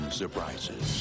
surprises